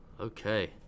Okay